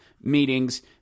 meetings